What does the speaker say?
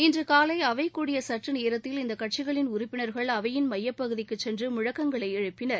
இன்று காலை அவை கூடிய சற்று நேரத்தில் இந்த கட்சிகளின் உறுப்பினர்கள் அவையின் மையப்பகுதிக்குச் சென்று முழக்கங்களை எப்பினர்